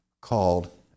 called